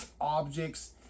objects